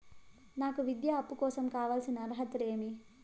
నాకు విద్యా అప్పు కోసం కావాల్సిన అర్హతలు ఏమి?